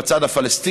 עם הצד הפלסטיני,